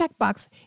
checkbox